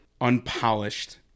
unpolished